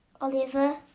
Oliver